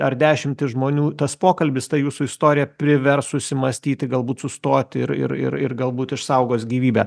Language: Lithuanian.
ar dešimt žmonių tas pokalbis ta jūsų istorija privers susimąstyti galbūt sustoti ir ir ir galbūt išsaugos gyvybę